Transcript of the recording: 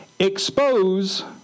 expose